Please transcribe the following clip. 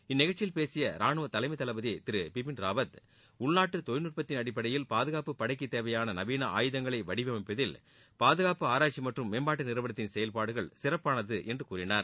இந்நிகழ்ச்சியில் பேசிய ரானுவ தலைமைத் தளபதி திரு பிபின் ராவத் உள்நாட்டு தொழில்நுட்பத்தின் அடிப்படையில் பாதுகாப்புப் படைக்குத் தேவையான நவீன ஆயுதங்களை வடிவமைப்பதில் பாதுகாப்பு ஆராய்ச்சி மற்றும் மேம்பாட்டு நிறுவனத்தின் செயல்பாடுகள் சிறப்பானது என்று கூறினார்